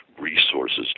resources